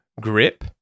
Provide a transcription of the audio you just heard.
grip